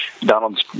Donald's